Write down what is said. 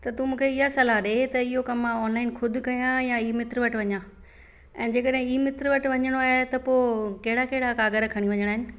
त तू मूंखे ईअं सलाह ॾे त इहो कम मां ऑनलाइन ख़ुदि कयां या ई मित्र वटि वञा ऐं जेकॾहिं ई मित्र वटि वञिणो आहे त पोइ कहिड़ा कहिड़ा क़ागरु खणी वञिणा आहिनि